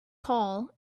call